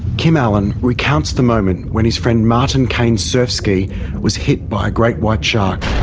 kim allen recounts the moment when his friend martin kane's surf ski was hit by a great white shark.